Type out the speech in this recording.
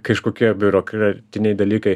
kažkokie biurokratiniai dalykai